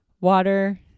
water